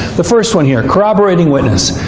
the first one here corroborating witness.